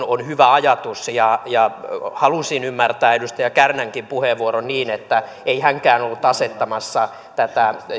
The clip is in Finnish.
on hyvä ajatus ja ja halusin ymmärtää edustaja kärnänkin puheenvuoron niin että ei hänkään ollut asettamassa tätä